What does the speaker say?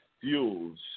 fuels